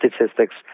statistics